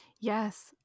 Yes